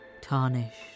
tarnished